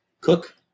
Cook